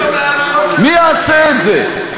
מי יעשה את זה?